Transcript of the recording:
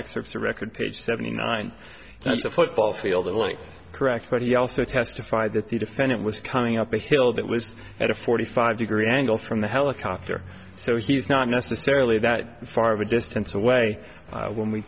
excerpts to record page seventy nine that's a football field in length correct but he also testified that the defendant was coming up the hill that was at a forty five degree angle from the helicopter so he's not necessarily that far of a distance away when we